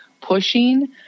pushing